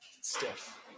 stiff